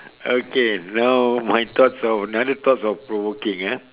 okay now my thoughts of another thoughts of provoking eh